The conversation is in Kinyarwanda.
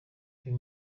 uyu